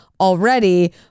already